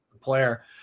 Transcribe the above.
player